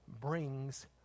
brings